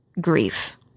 grief